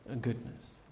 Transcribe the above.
goodness